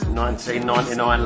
1999